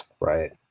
Right